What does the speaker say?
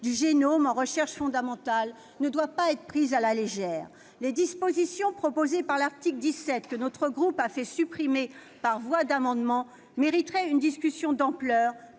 du génome en recherche fondamentale ne doit pas être prise à la légère. Les dispositions proposées à l'article 17, que notre groupe a fait supprimer par voie d'amendement, mériteraient une discussion d'ampleur